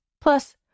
Plus